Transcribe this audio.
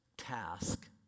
Task